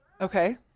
Okay